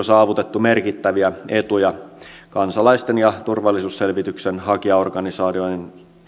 saavutettu merkittäviä etuja kansalaisten ja turvallisuusselvityksen hakijaorganisaatioiden